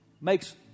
makes